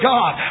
God